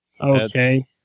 Okay